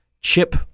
chip